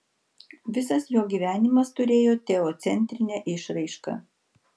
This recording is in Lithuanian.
visas jo gyvenimas turėjo teocentrinę išraišką